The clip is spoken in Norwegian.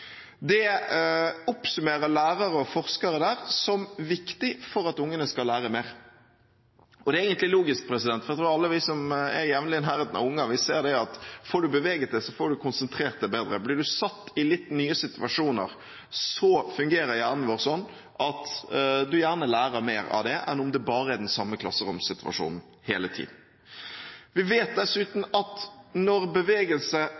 Det oppsummerer lærere og forskere der som viktig for at ungene skal lære mer. Det er egentlig logisk, for jeg tror at alle vi som jevnlig er i nærheten av unger, ser at hvis man får beveget seg, så får man konsentrert seg bedre. Blir man satt i litt nye situasjoner, fungerer hjernen vår sånn at man gjerne lærer mer av det enn om det bare er den samme klasseromssituasjonen hele tiden. Vi vet dessuten at når bevegelse